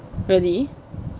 really